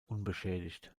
unbeschädigt